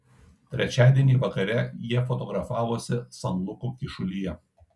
trečiadienį vakare jie fotografavosi san luko kyšulyje